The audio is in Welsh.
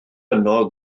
yno